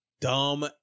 dumb